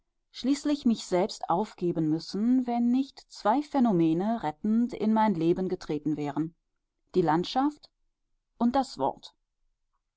schließlich mich selbst aufgeben müssen wenn nicht zwei phänomene rettend in mein leben getreten wären die landschaft und das wort